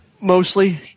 Mostly